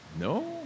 No